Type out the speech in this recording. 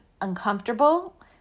uncomfortable